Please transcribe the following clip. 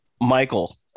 Michael